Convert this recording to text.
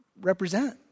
represent